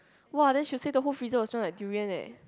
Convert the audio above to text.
!wah! then she would say the whole freezer will smell like durian eh